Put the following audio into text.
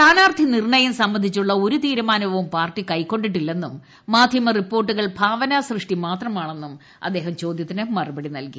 സ്ഥാനാർഥി നിർണയം സംബന്ധിച്ചുള്ള ഒരു തീരുമാനവും പാർട്ടി കൈകൊണ്ടിട്ടില്ലെന്നും മാധ്യമ റിപ്പോർട്ടുകൾ ഭാവനാ സൃഷ്ടി മാത്രമാണെന്നും അദ്ദേഹം ചോദ്യത്തിന് മറുപടി നൽകി